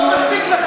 לא מספיק לך